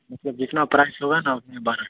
मतलब जितना प्राइस होगा ना उतने बारह किलो